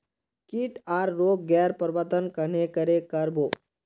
किट आर रोग गैर प्रबंधन कन्हे करे कर बो?